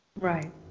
Right